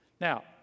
Now